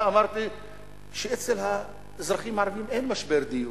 אמרתי שאצל האזרחים הערבים אין משבר דיור,